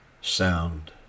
sound